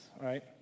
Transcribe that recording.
right